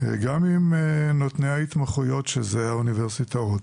וגם עם נותני ההתמחויות שאלה האוניברסיטאות.